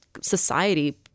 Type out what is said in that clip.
society